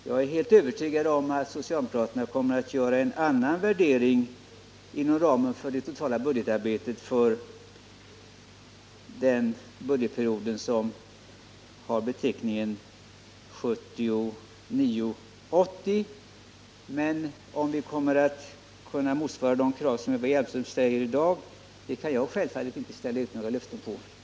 Jag är helt övertygad om att socialdemokraterna inom ramen för det totala budgetarbetet kommer att göra en annan värdering för den budgetperiod som har beteckningen 1979/80. Men att vi kommer att kunna motsvara de krav som Eva Hjelmström i dag ställer kan jag självfallet inte lämna några löften om.